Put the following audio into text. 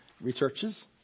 researches